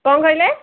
କ'ଣ କହିଲେ